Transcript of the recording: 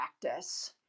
practice